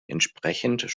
entsprechend